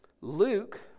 Luke